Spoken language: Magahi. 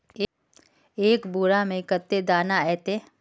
एक बोड़ा में कते दाना ऐते?